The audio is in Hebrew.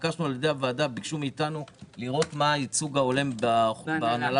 הוועדה ביקשה מאתנו לראות מה הייצוג ההולם בהנהלה